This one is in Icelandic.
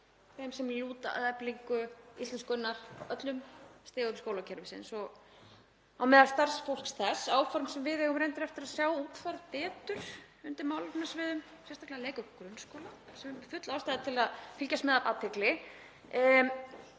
þeim sem lúta að eflingu íslensku á öllum stigum skólakerfisins og á meðal starfsfólks þess; áform sem við eigum reyndar eftir að sjá útfærð betur undir málefnasviðum, sérstaklega leik- og grunnskóla, sem full ástæða er til að fylgjast með af athygli.